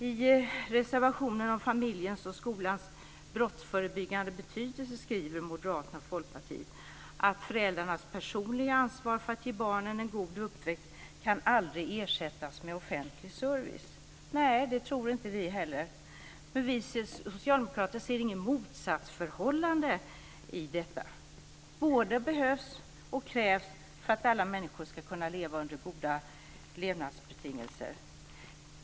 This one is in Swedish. I reservationen om familjens och skolans brottsförebyggande betydelse skriver Moderaterna och Folkpartiet att föräldrarnas personliga ansvar för att ge barnen en god uppväxt aldrig kan ersättas med offentlig service. Nej, det tror inte vi heller. Men vi socialdemokrater ser inget motsatsförhållande i detta. Båda behövs och krävs för att alla människor ska kunna leva under goda levnadsbetingelser.